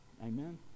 Amen